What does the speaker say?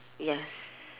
yes